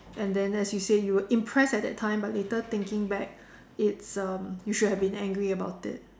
and then as you say you were impressed at that time but later thinking back it's um you should have been angry about it